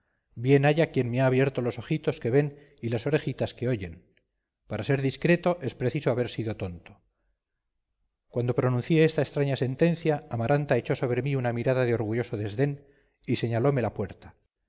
bien haya quien me ha abierto los ojitos que ven y las orejitas que oyen para ser discreto es preciso haber sido tonto cuando pronuncié esta extraña sentencia amaranta echó sobre mí una mirada de orgulloso desdén y señalome la puerta